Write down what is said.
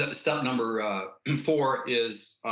ah step number four is